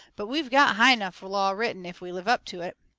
but we've got high enough law written if we live up to it.